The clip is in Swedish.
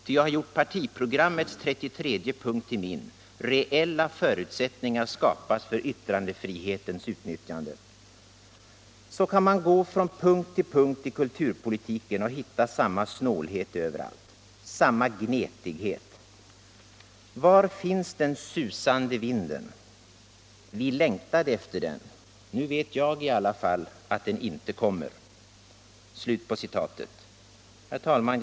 Ty jag har gjort partiprogrammets 33:e punkt till min: Reella förutsättningar skapas för yttrandefrihetens utnyttjande. Så kan man gå från punkt till punkt i kulturpolitiken och hitta samma snålhet överallt. Samma gnetighet. Var finns den susande vinden? Vi längtade efter den, nu vet jag i alla fall att den inte kommer.” Herr talman!